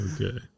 Okay